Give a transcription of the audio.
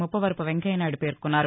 ముప్పవరపు వెంకయ్య నాయుడు పేర్కొన్నారు